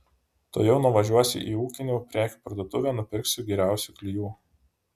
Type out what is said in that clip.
tuojau nuvažiuosiu į ūkinių prekių parduotuvę nupirksiu geriausių klijų